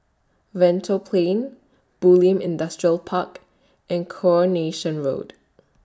Lentor Plain Bulim Industrial Park and Coronation Road